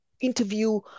interview